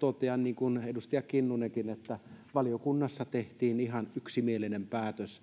totean niin kuin edustaja kinnunenkin että valiokunnassa tehtiin ihan yksimielinen päätös